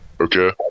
Okay